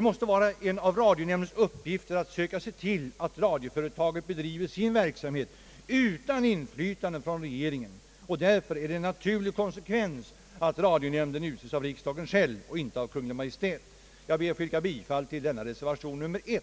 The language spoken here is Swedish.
måste vara en av radionämndens uppgifter att söka se till att radioföretaget bedriver sin verksamhet utan inflytande från regeringen, och därför är det en naturlig konsekvens att radionämnden utses av riksdagen och inte av Kungl. Maj:t. Jag ber att få yrka bifall till reservation nr 1.